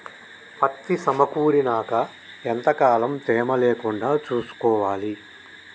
పత్తి సమకూరినాక ఎంత కాలం తేమ లేకుండా చూసుకోవాలి?